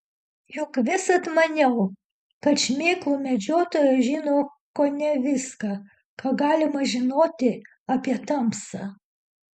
juk visad maniau kad šmėklų medžiotojas žino kone viską ką galima žinoti apie tamsą